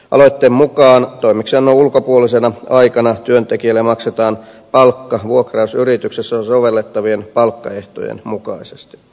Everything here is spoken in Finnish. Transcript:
aloitteen mukaan toimeksiannon ulkopuolisena aikana työntekijälle maksetaan palkka vuokrausyrityksessä sovellettavien palkkaehtojen mukaisesti